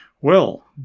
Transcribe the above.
Well